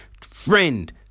friend